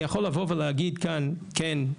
אני יכול לבוא ולהגיד כאן שכן,